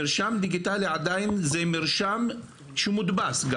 מרשם דיגיטלי הוא עדיין מרשם שמודפס.